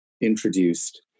introduced